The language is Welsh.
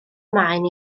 maen